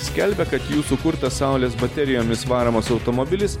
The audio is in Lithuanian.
skelbia kad jų sukurtas saulės baterijomis varomas automobilis